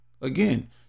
Again